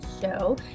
show